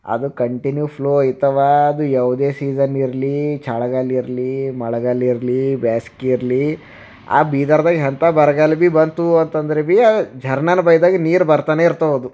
ಅದು continue flow ಐಯ್ತಾವ ಅದು ಯಾವುದೇ ಸೀಸನ್ ಇರಲಿ ಚಳಿಗಾಲ ಇರಲಿ ಮಳೆಗಾಲ ಇರಲಿ ಬೇಸ್ಗೆ ಇರಲಿ ಆ ಬೀದರ್ದಾಗ ಎಂಥ ಬರಗಾಲ ಭೀ ಬಂತು ಅಂತಂದ್ರೆ ಭೀ ಅದು ಝಾರ್ನಾದು ಬಾಯ್ದಾಗ ನೀರು ಬರ್ತಾನೆ ಇರ್ತಾವದು